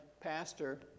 pastor